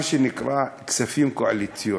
מה שנקרא כספים קואליציוניים.